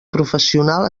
professional